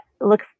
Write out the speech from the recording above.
look